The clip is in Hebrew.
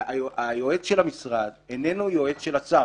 היועץ של המשרד איננו יועץ של השר.